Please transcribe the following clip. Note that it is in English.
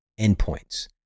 endpoints